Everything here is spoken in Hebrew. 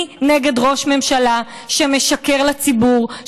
אני נגד ראש ממשלה שמשקר לציבור,